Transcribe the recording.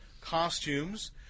costumes